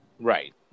Right